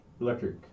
Electric